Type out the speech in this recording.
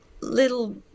little